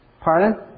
Pardon